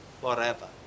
forever